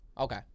Okay